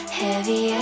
heavy